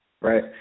Right